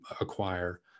acquire